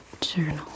journal